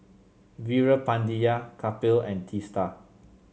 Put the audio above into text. Veerapandiya Kapil and Teesta